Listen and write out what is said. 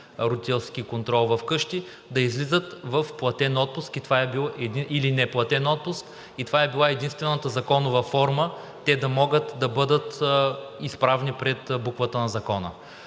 родителски контрол вкъщи, да излизат в платен или в неплатен отпуск и това е била единствената законова форма те да бъдат изправни пред буквата на закона.